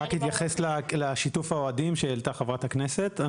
רק להתייחס לשיתוף האוהדים שהעלתה חברת הכנסת.